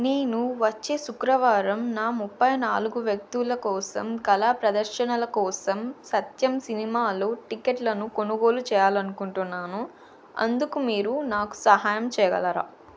నేను వచ్చే శుక్రవారంన ముప్పై నాలుగు వ్యక్తుల కోసం కళా ప్రదర్శనల కోసం సత్యం సినిమాలో టిక్కెట్లను కొనుగోలు చేయాలనుకుంటున్నాను అందుకు మీరు నాకు సహాయం చేయగలరా